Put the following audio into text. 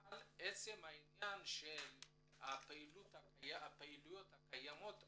אבל עצם העניין של הפעילויות הקיימות היום,